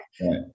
right